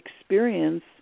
experience